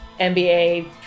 NBA